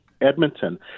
edmonton